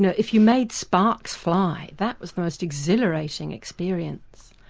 yeah if you made sparks fly, that was the most exhilarating experience,